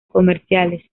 comerciales